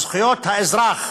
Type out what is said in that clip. זכויות האזרח